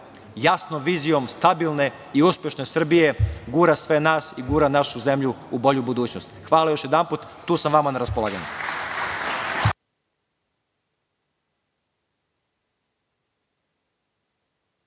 jasnom vizijom stabilne i uspešne Srbije gura sve nas i gura našu zemlju u bolju budućnost. Hvala još jedanput. Tu sam vama na raspolaganju.